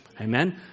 Amen